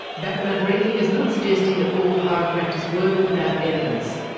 background briefing is not suggesting that all chiropractors work without evidence,